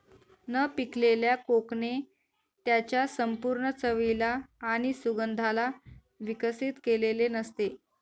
न पिकलेल्या कोकणे त्याच्या संपूर्ण चवीला आणि सुगंधाला विकसित केलेले नसते